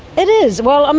it is. well, um